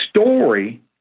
story